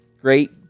great